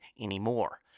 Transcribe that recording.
anymore